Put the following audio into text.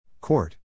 Court